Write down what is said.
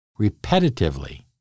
repetitively